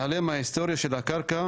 השטח.